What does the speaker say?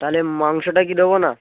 তাহলে মাংসটা কি দেবো না